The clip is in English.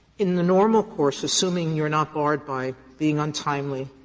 in the normal course, assuming you are not barred by being untimely,